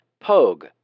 Pogue